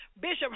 bishop